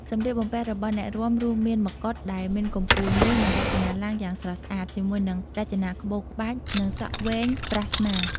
សម្លៀកបំពាក់របស់អ្នករាំរួមមានមកុដដែលមានកំពូលមួយ និងរចនាឡើងយ៉ាងស្រស់ស្អាត ជាមួយនឹងរចនាក្បូរក្បាច់ និងសក់វែងប្រះស្មា។